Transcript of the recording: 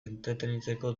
entretenitzeko